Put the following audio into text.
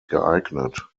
geeignet